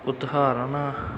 ਉਦਾਹਰਨ